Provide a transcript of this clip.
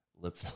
lip